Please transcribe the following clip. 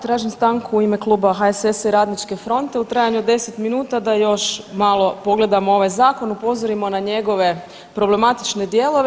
Tražim stanku u ime kluba HSS-a i Radničke fronte u trajanju od 10 minuta da još malo pogledamo ovaj zakon, upozorimo na njegove problematične dijelove.